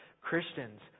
Christians